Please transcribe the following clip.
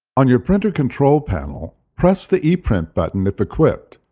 on your printer control panel, press the eprint button if equipped,